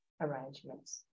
arrangements